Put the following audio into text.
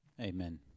Amen